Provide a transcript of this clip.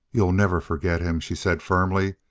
you'll never forget him, she said firmly.